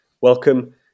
welcome